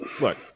look